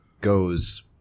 goes